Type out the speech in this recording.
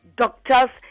doctors